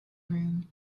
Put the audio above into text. room